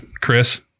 Chris